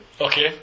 Okay